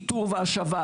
איתור והשבה.